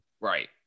Right